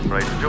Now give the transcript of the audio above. Right